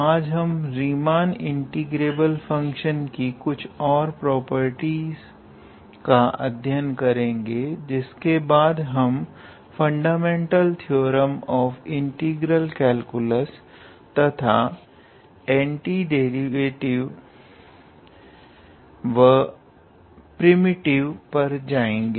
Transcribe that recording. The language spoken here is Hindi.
आज हम रीमान इंटीग्रेबल फंक्शन की कुछ और प्रॉपर्टीस का अध्ययन करेंगे जिसके बाद हम fundamental theorem of integral calculus तथा एंटीडेरिवेटिव व प्रिमिटिव पर जाएंगे